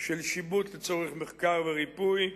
של שיבוט לצורך מחקר וריפוי,